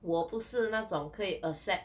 我不是那种可以 accept